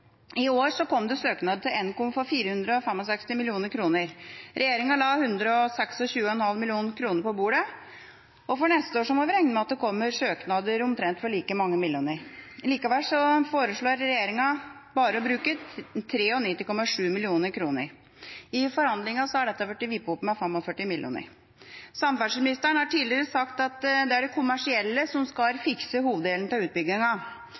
I år kom det søknader til Nkom for 465 mill. kr. Regjeringa la 126,5 mill. kr på bordet, og for neste år må vi regne med at det kommer søknader for omtrent like mange millioner. Likevel foreslår regjeringa bare å bruke 93,7 mill. kr. I forhandlingene har dette blitt vippet opp med 45 mill. kr. Samferdselsministeren har tidligere sagt at det er de kommersielle som skal fikse hoveddelen av